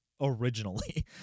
originally